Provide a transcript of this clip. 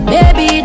Baby